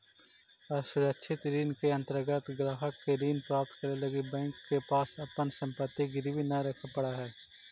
असुरक्षित ऋण के अंतर्गत ग्राहक के ऋण प्राप्त करे लगी बैंक के पास अपन संपत्ति गिरवी न रखे पड़ऽ हइ